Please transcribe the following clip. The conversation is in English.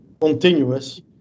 continuous